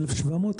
1,700,